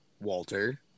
Walter